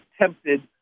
tempted